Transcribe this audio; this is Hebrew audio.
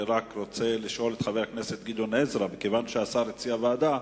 חבר הכנסת גדעון עזרא, מכיוון שהשר הציע ועדה,